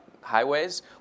highways